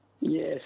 Yes